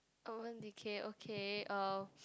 Urban-Decay okay uh